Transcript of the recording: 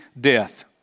death